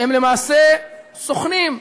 הם למעשה סוכנים,